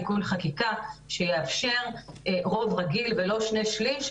תיקון חקיקה יאפשר רוב רגיל ולא שני שליש,